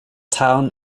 town